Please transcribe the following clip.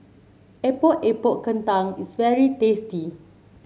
Epok Epok Kentang is very tasty